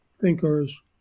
thinkers